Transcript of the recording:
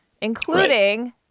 including